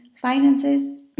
finances